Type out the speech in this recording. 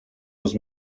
los